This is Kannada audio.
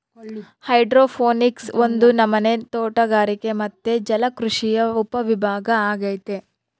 ಹೈಡ್ರೋಪೋನಿಕ್ಸ್ ಒಂದು ನಮನೆ ತೋಟಗಾರಿಕೆ ಮತ್ತೆ ಜಲಕೃಷಿಯ ಉಪವಿಭಾಗ ಅಗೈತೆ